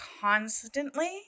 constantly